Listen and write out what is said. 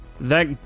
that-